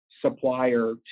supplier